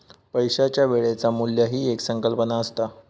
पैशाच्या वेळेचा मू्ल्य ही एक संकल्पना असता